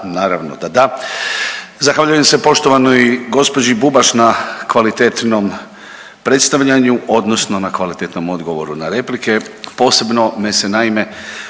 naravno da da. Zahvaljujem se poštovanoj gospođi Bubaš na kvalitetnom predstavljanju odnosno na kvalitetnom odgovoru na replike, posebno me se naime